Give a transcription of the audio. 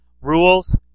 Rules